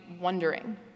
wondering